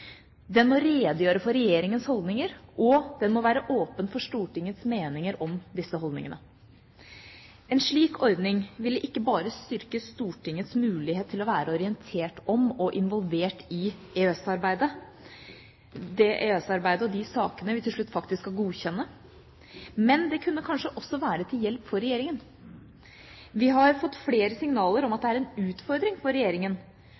Den må redegjøre for Regjeringas holdninger, og den må være åpen for Stortingets meninger om disse holdningene. En slik ordning ville ikke bare styrke Stortingets mulighet til å være orientert om og involvert i EØS-arbeidet, det EØS-arbeidet og de sakene vi til slutt faktisk skal godkjenne, men det kunne kanskje også være til hjelp for Regjeringa. Vi har fått flere signaler om at det er en utfordring for